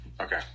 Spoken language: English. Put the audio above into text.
Okay